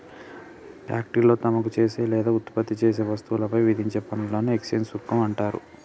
పాన్ట్రీలో తమరు చేసే లేదా ఉత్పత్తి చేసే వస్తువులపై విధించే పనులను ఎక్స్చేంజ్ సుంకం అంటారు